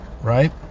right